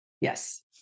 yes